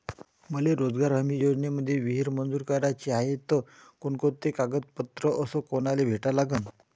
मले रोजगार हमी योजनेमंदी विहीर मंजूर कराची हाये त कोनकोनते कागदपत्र अस कोनाले भेटा लागन?